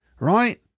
Right